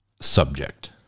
subject